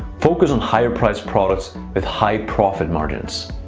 focus on higher-priced products with high profit margins.